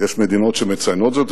ויש מדינות שמציינות זאת,